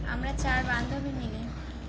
আমরা চার বান্ধবী মিলে